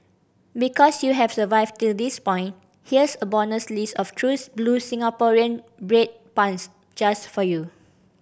because you have survived till this point here's a bonus list of true blue Singaporean bread puns just for you